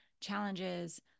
challenges